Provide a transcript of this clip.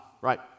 right